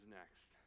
next